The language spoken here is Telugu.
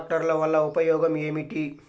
ట్రాక్టర్ల వల్ల ఉపయోగం ఏమిటీ?